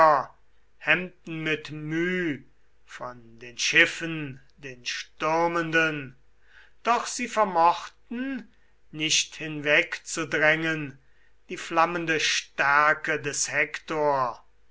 hemmten mit müh von den schiffen den stürmenden doch sie vermochten nicht hinweg zu drängen die flammende stärke des hektor